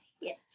Yes